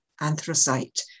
anthracite